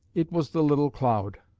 it was the little cloud.